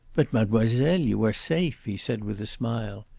but, mademoiselle, you are safe, he said, with a smile.